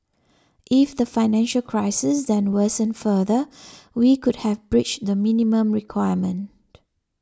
if the financial crisis then worsened further we could have breached the minimum requirement